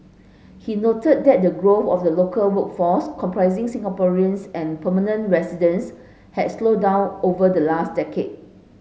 he noted that the growth of the local workforce comprising Singaporeans and permanent residents had slowed down over the last decade